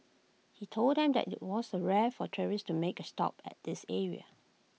he told them that IT was the rare for tourists to make A stop at this area